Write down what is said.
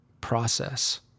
process